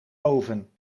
oven